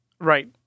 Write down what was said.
Right